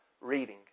reading